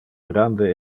grande